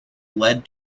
led